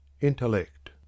Intellect